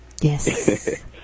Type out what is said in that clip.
Yes